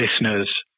listeners